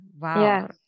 Wow